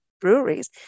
breweries